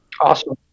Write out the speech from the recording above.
Awesome